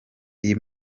iyi